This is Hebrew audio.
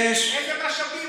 איזה משאבים?